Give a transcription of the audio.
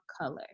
color